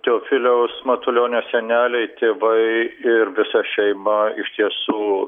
teofiliaus matulionio seneliai tėvai ir visa šeima iš tiesų